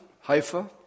Haifa